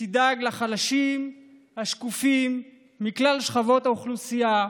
שתדאג לחלשים השקופים מכלל שכבות האוכלוסייה,